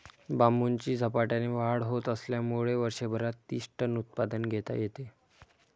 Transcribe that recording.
बांबूची झपाट्याने वाढ होत असल्यामुळे वर्षभरात तीस टन उत्पादन घेता येते